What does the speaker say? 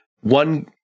one